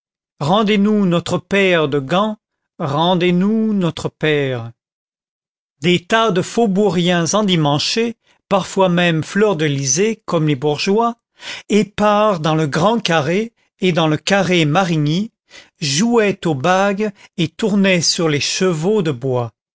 notre père de gand rendez nous notre père des tas de faubouriens endimanchés parfois même fleurdelysés comme les bourgeois épars dans le grand carré et dans le carré marigny jouaient aux bagues et tournaient sur les chevaux de bois